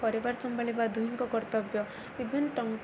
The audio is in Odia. ପରିବାର ସମ୍ଭାଳିବା ଦୁହିଁଙ୍କ କର୍ତ୍ତବ୍ୟ ଇଭେନ୍